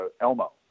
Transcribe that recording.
Elmo